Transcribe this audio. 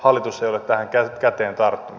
hallitus ei ole tähän käteen tarttunut